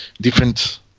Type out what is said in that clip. different